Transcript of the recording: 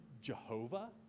Jehovah